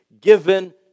given